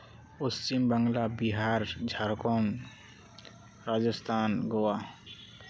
Paschimbangla Bihar Jharkhand Rajasthan Goa